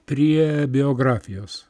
prie biografijos